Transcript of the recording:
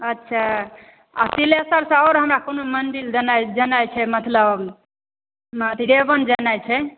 अच्छा आ पिलेसरसॅं आओर हमरा कोनो मंदिल जेनाइ छै मतलब मधेवन जेनाइ छै